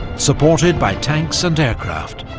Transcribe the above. supported by tanks and aircraft,